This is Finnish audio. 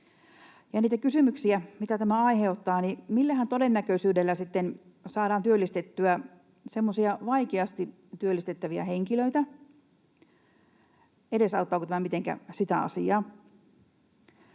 kysymyksiä, mitä tämä aiheuttaa: Millähän todennäköisyydellä sitten saadaan työllistettyä semmoisia vaikeasti työllistettäviä henkilöitä? Edesauttaako tämä mitenkään sitä asiaa?